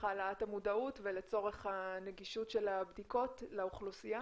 העלאת המודעות ולצורך הנגישות של הבדיקות לאוכלוסייה?